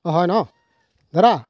অঁ হয় ন দাদা